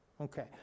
Okay